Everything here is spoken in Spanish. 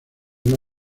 una